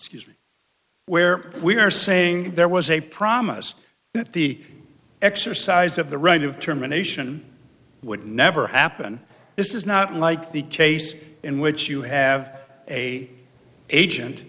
where we are saying there was a promise that the exercise of the right of terminations would never happen this is not like the case in which you have a agent